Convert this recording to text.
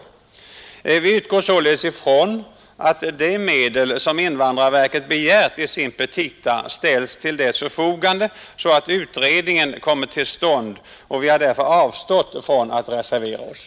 Vi utgår således ifrån att de medel som invandrarverket begärt i sina petita ställs till verkets förfogande så att utredningen kommer till stånd, och vi har därför avstått ifrån att reservera oss.